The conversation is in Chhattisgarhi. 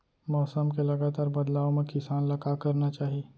मौसम के लगातार बदलाव मा किसान ला का करना चाही?